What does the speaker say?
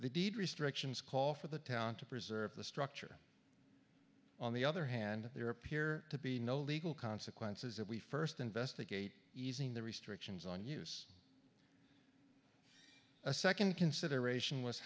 the deed restrictions call for the town to preserve the structure on the other hand there appear to be no legal consequences if we first investigate easing the restrictions on use a second consideration was